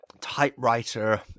typewriter